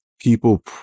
people